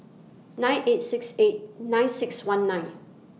nine eight six eight nine six one nine